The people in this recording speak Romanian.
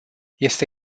este